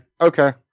Okay